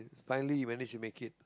finally he managed to make it